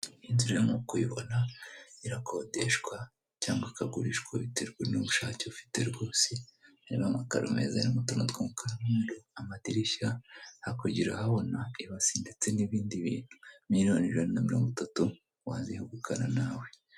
Inzu rero nk'uko ubibona irakodeshwa cyangwa ikagurishwa biterwa n'ubushake ufite rwose, irimo amakaro meza arimo utuntu tw'umukara amadirishya hakurya urahabona ibasi ndetse n'ibindi bintu, miliyoni ijana na mirongo itatu wazegukana nawe.